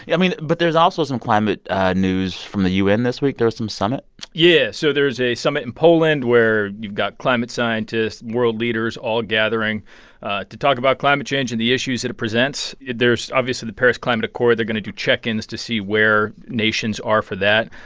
yeah mean, but there's also some climate news from the u n. this week. there was some summit yeah. so there's a summit in poland where you've got climate scientists, world leaders, all gathering to talk about climate change and the issues it presents. there's obviously the paris climate accord. they're going to do check-ins to see where nations are for that.